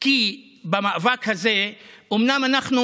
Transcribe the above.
כי במאבק הזה, אומנם אנחנו